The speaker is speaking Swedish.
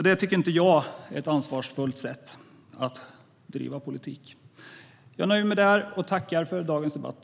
Det är inte ett ansvarsfullt sätt att driva politik. Tack för dagens debatt!